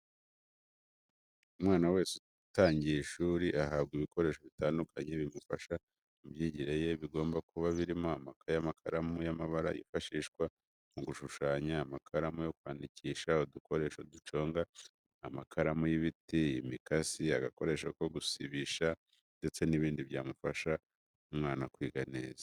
Umwana wese utangiye ishuri ahabwa ibikoresho bitandukanye bimufasha mu myigire ye, bigomba kuba birimo amakaye, amakaramu y'amabara yifashishwa mu gushushanya, amakaramu yo kwandikisha, udukoresho duconga amakaramu y'ibiti, imikasi, agakoresho ko gusibisha ndetse n'ibindi byafasha umwana kwiga neza.